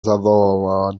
zawołała